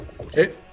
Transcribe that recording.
Okay